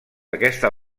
aquesta